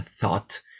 thought